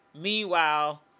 meanwhile